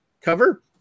cover